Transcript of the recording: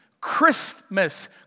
Christmas